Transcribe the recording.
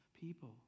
people